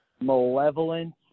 malevolent